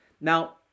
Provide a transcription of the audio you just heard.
Now